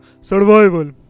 survival